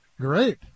Great